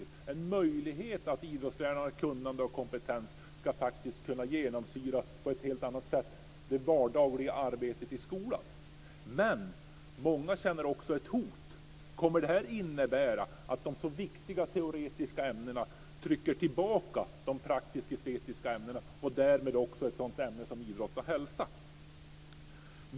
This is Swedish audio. Vi ser en möjlighet för idrottslärarnas kunnande och kompetens att på ett helt annat sätt genomsyra det vardagliga arbetet i skolan. Men många känner också ett hot. Kommer detta att innebära att de så viktiga teoretiska ämnena trycker tillbaka de praktisk-estetiska ämnena och därmed också ett ämne som idrott och hälsa?